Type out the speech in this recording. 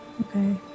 Okay